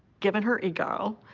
given her ego,